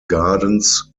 gardens